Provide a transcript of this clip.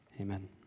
amen